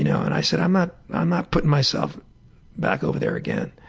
you know and i said i'm not i'm not putting myself back over there again.